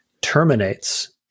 terminates